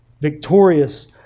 Victorious